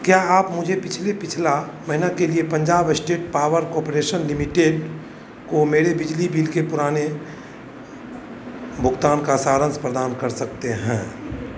क्या आप मुझे पिछले पिछला महीना के लिए Punjab state power corporation limited को मेरे बिजली बिल के पुराने भुगतान का सारांश प्रदान कर सकते हैं